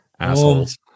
Assholes